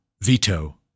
veto